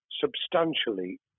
substantially